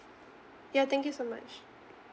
ya thank you so much